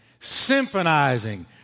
symphonizing